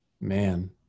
man